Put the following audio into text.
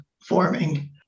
forming